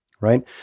right